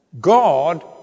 God